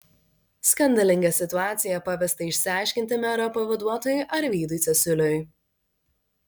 skandalingą situaciją pavesta išsiaiškinti mero pavaduotojui arvydui cesiuliui